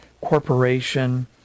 corporation